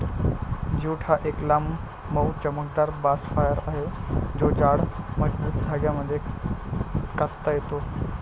jute हा एक लांब, मऊ, चमकदार बास्ट फायबर आहे जो जाड, मजबूत धाग्यांमध्ये कातता येतो